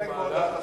להסתפק בהודעת השר.